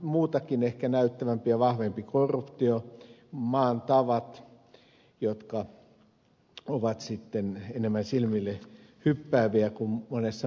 muitakin ehkä näyttävämpi ja vahvempi korruptio maan tavat jotka ovat enemmän silmille hyppääviä kuin monissa muissa maissa